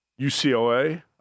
UCLA